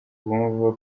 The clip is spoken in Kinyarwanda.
bumva